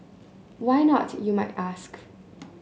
why not you might ask